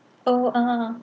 oh uh